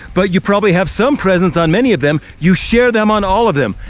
but you probably have some presence on many of them. you share them on all of them.